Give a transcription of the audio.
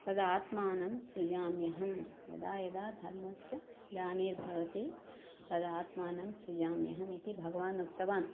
तदात्मानं सृजाम्यहं यदा यदा धर्मस्य ग्लनिर्भवति तदा आत्मानं सृजाम्यहम् इति भगवान् उक्तवान्